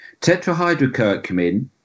Tetrahydrocurcumin